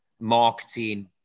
marketing